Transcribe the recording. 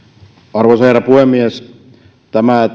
arvoisa herra puhemies tämä